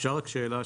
אפשר רק שאלה,